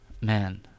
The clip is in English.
man